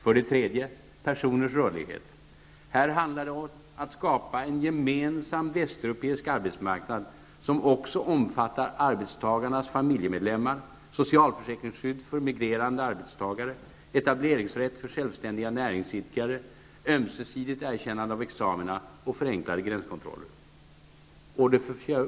För det tredje personens rörlighet: -- Här handlar det om att skapa gemensam västeuropeisk arbetsmarknad, som också omfattar arbetstagarnas familjemedlemmar, socialförsäkringsskydd för migrerande arbetstagare, etableringsrätt för självständiga näringsidkare, ömsesidigt erkännande av examina och förenklad gränskontroll.